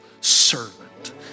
servant